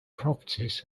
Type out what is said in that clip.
properties